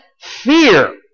fear